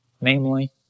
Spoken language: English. Namely